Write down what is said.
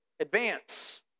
advance